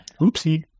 Oopsie